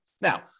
Now